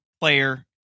player